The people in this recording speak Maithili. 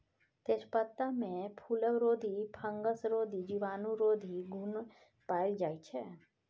तेजपत्तामे फुलबरोधी, फंगसरोधी, जीवाणुरोधी गुण पाएल जाइ छै